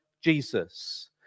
Jesus